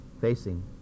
facing